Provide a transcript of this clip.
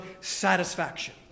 satisfaction